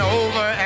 over